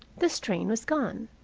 the strain was gone.